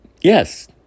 yes